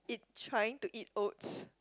trying to eat oats